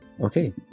okay